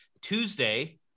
Tuesday